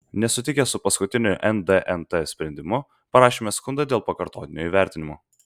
nesutikę su paskutiniu ndnt sprendimu parašėme skundą dėl pakartotinio įvertinimo